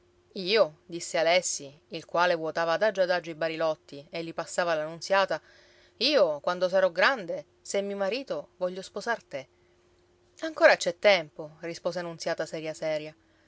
io disse alessi il quale vuotava adagio adagio i barilotti e li passava alla nunziata io quando sarò grande se mi marito voglio sposar te ancora c'è tempo rispose nunziata seria seria